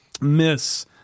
miss